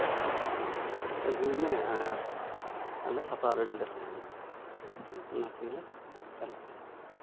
ᱟᱹᱜᱩᱭ ᱢᱮ ᱟᱨ ᱟᱞᱮ ᱥᱟᱯᱲᱟᱣ ᱞᱟᱹᱜᱤᱫ ᱞᱮ ᱛᱟᱦᱮᱱᱟ ᱚᱱᱟ ᱛᱮᱜᱮᱞᱮ ᱪᱟᱞᱟᱜᱼᱟ